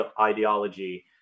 ideology